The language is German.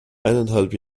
eineinhalb